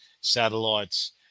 satellites